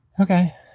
Okay